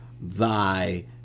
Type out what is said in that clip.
thy